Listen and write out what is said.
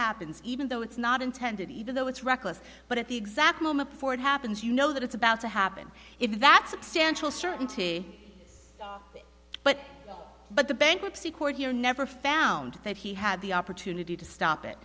happens even though it's not intended even though it's reckless but at the exact moment before it happens you know that it's about to happen if that substantial certainty but but the bankruptcy court here never found that he had the opportunity to stop it